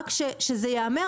רק שזה ייאמר.